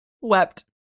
wept